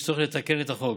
יש צורך לתקן את החוק,